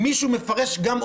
-- מישהו מפרש גם אותך.